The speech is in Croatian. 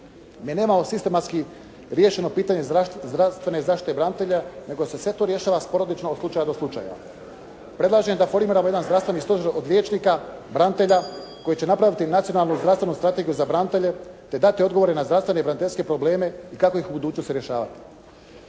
Mi nemamo sistematski riješeno pitanje zdravstvene zaštite branitelja, nego se sve to rješava sporodično od slučaja do slučaja. Predlažem da formiramo jedan zdravstvenih stožer od liječnika, branitelja, koji će napraviti nacionalnu zdravstvenu strategiju za branitelje, te dati odgovore na zdravstvene i braniteljske probleme i kako ih u budućnosti rješavati.